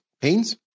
pains